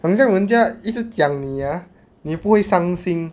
很像人家一直讲你 ah 你不会伤心